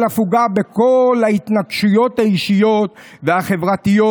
הפוגה בכל ההתנגשויות האישיות והחברתיות,